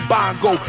Bongo